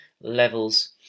levels